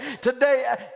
Today